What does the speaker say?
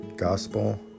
Gospel